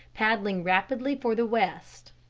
paddling rapidly for the west.